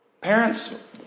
Parents